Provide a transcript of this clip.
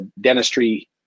dentistry